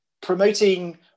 Promoting